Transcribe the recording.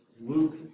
Luke